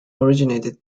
originated